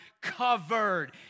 covered